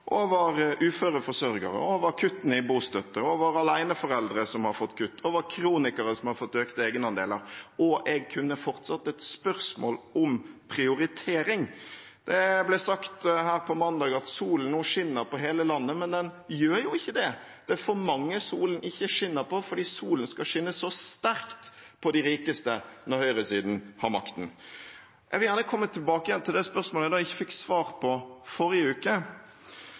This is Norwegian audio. uføre forsørgere, over kuttene i bostøtten, over aleneforeldre som har fått kutt, over kronikere som har fått økte egenandeler – og jeg kunne fortsatt. Det er et spørsmål om prioritering. Det ble sagt her på mandag at solen nå skinner på hele landet, men den gjør jo ikke det. Det er for mange solen ikke skinner på, fordi solen skal skinne så sterkt på de rikeste når høyresiden har makten. Jeg vil gjerne komme tilbake igjen til det spørsmålet jeg ikke fikk svar på i forrige uke.